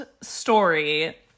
story